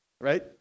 Right